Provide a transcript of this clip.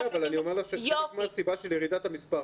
אבל אני אומר לך מה הסיבה של ירידת המספר,